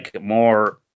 more